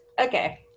okay